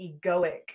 egoic